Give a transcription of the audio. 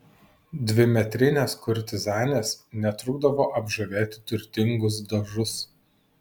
dvimetrinės kurtizanės netrukdavo apžavėti turtingus dožus